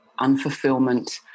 unfulfillment